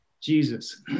Jesus